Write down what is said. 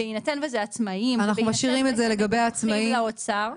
אנחנו משאירים לגבי עצמאים,